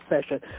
session